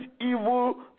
evil